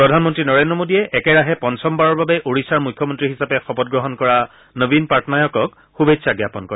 প্ৰধানমন্ত্ৰী নৰেন্দ্ৰ মোডীয়ে একেৰাহে পঞ্চম বাৰৰ বাবে ওড়িশাৰ মুখ্যমন্ত্ৰী হিচাপে শপত গ্ৰহণ কৰা নবীন পাটনায়কক শুভেচ্ছা জ্ঞাপন কৰে